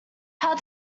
how